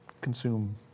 consume